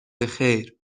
بخیر